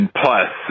plus